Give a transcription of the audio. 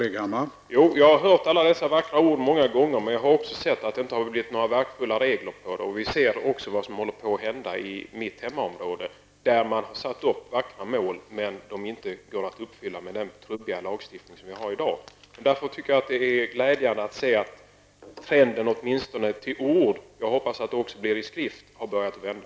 Herr talman! Jag har hört alla dessa vackra ord många gånger. Men jag har också sett att det inte har skapats några verkningsfulla regler. Vi ser också vad som håller på att hända i mitt hemområde. Där har man satt upp vackra mål som inte går att uppfylla med den trubbiga lagstiftning som finns i dag. Det är glädjande att se att trenden åtminstone till ord, jag hoppas också i skrift, har börjat vända.